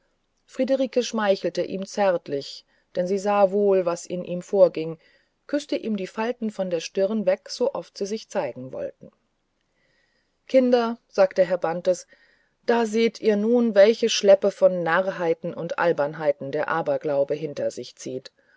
friederike schmeichelte ihm zärtlicher denn sie sah wohl was in ihm vorging und küßte ihm die falten von der stirn weg so oft sie sich zeigen wollten kinder sagte herr bantes da seht ihr nun welche schleppe von narrheiten und albernheiten der aberglaube hinter sich zieht